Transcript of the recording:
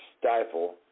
stifle